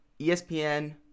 ESPN